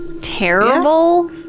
terrible